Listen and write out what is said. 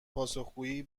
پاسخگویی